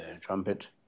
trumpet